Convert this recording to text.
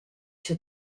cha